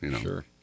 sure